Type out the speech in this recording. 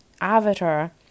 avatar